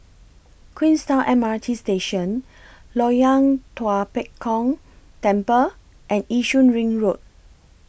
Queenstown M R T Station Loyang Tua Pek Kong Temple and Yishun Ring Road